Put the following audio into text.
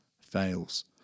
fails